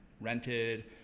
rented